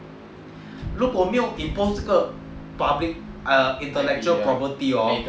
如果没有 impose 这个 public intellectual property hor